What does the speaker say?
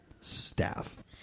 staff